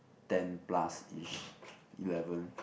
ten plus-ish eleven